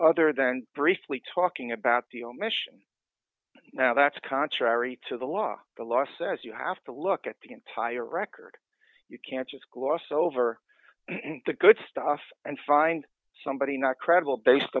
other than briefly talking about the omission now that's contrary to the law the law says you have to look at the entire record you can't just gloss over the good stuff and find somebody not credible based